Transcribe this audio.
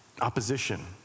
opposition